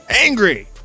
Angry